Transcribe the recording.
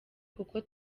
kuko